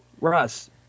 Russ